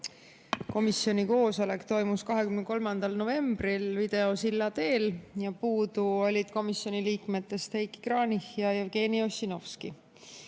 Komisjoni koosolek toimus 23. novembril videosilla teel. Puudu olid komisjoni liikmetest Heiki Kranichi ja Jevgeni Ossinovski.